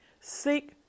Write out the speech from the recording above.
Seek